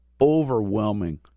Overwhelming